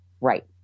Right